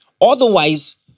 Otherwise